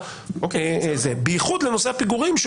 בייחוד לנושא הפיגורים.